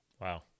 Wow